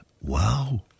wow